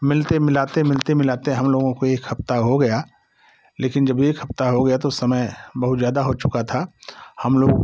मिलते मिलते मिलते मिलते हम लोगों को एक हफ्ता हो गया लेकिन जब एक हप्ता हो गया तो समय बहुत ज्यादा हो चुका था हम लोग